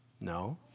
No